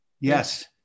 Yes